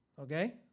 Okay